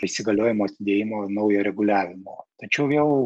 įsigaliojimo atidėjimo naują reguliavimą tačiau vėl